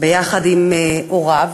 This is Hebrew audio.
יחד עם הוריו,